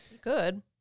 Good